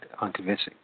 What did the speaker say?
unconvincing